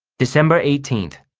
december eighteen